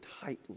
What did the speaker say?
tightly